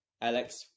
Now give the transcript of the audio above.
Alex